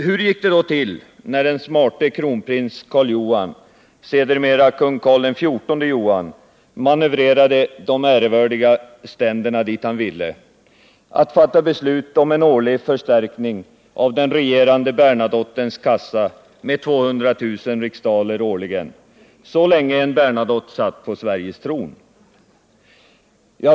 Hur gick det då till när den smarte kronprins Karl Johan manövrerade de ärevördiga ständerna dit han ville — att fatta beslut om en årlig förstärkning av den regerande Bernadottens kassa med 200 000 riksdaler så länge en Bernadotte satt på Sveriges tron?